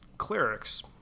Clerics